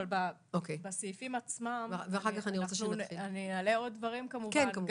בסעיפים עצמם אני אעלה עוד דברים, כמובן.